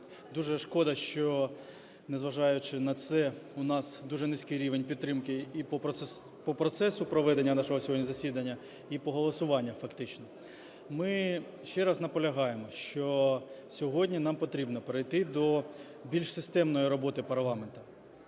дуже шкода, що, незважаючи на це, у нас дуже низький рівень підтримки і по процесу проведення нашого сьогодні засідання, і по голосуванню фактично. Ми ще раз наполягаємо, що сьогодні нам потрібно перейти до більш системної роботи парламенту,